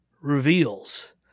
reveals